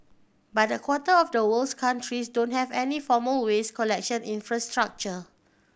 but a quarter of the world's countries don't have any formal waste collection infrastructure